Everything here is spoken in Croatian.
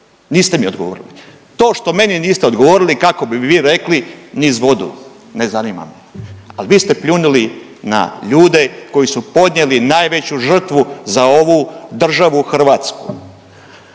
niste mi odgovorili. To što meni niste odgovorili kako bi vi rekli niz vodu, ne zanima me, al vi ste pljunuli na ljude koji su podnijeli najveću žrtvu za ovu državu hrvatsku.